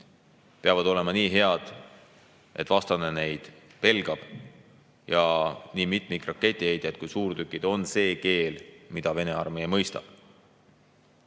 peavad olema nii head, et vastane neid pelgab. Nii mitmikraketiheitjad kui ka suurtükid on see keel, mida Vene armee mõistab.